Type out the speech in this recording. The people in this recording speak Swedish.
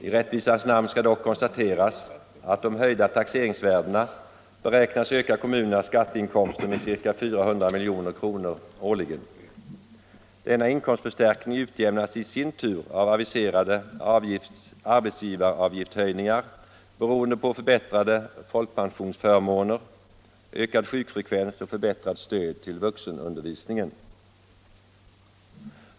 I rättvisans namn skall dock konstateras att de höjda taxeringsvärdena beräknas öka kommunernas skatteinkomster med ca 400 milj.kr. årligen. Denna inkomstförstärkning utjämnas i sin tur av aviserade arbetsgivaravgiftshöjningar beroende på förbättrade folkpensionsförmåner, ökad sjukfrekvens och förbättrat stöd till vuxenundervisningen.